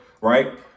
right